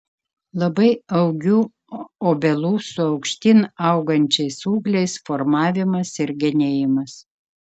labai augių obelų su aukštyn augančiais ūgliais formavimas ir genėjimas